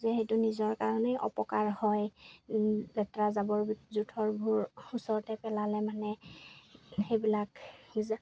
যে সেইটো নিজৰ কাৰণেই অপকাৰ হয় লেতেৰা জাবৰ জোঁথৰবোৰ ওচৰতে পেলালে মানে সেইবিলাক